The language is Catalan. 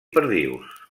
perdius